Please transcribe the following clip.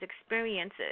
experiences